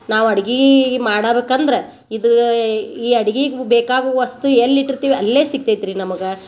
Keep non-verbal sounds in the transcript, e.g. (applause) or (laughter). ನಾವು ಅಡ್ಗಿ (unintelligible) ಇದು ಈ ಅಡ್ಗಿಗೆ ಬೇಕಾಗುವ ವಸ್ತು ಎಲ್ಲಿ ಇಟ್ಟಿರ್ತೀವಿ ಅಲ್ಲೆ ಸಿಕ್ತೈತ್ರಿ ನಮಗೆ